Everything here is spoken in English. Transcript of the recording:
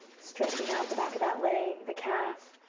stretching out the back of that leg, the calf,